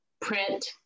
print